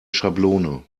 schablone